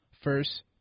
first